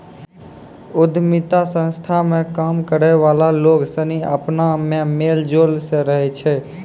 उद्यमिता संस्था मे काम करै वाला लोग सनी अपना मे मेल जोल से रहै छै